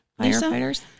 firefighters